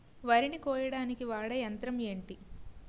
వరి ని కోయడానికి వాడే యంత్రం ఏంటి?